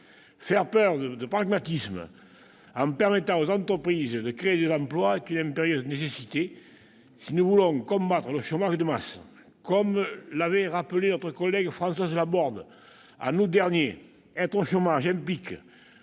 Faire preuve de pragmatisme en permettant aux entreprises de créer des emplois est une impérieuse nécessité si nous voulons combattre le chômage de masse. Notre collègue Françoise Laborde l'avait rappelé en août dernier, être au chômage implique,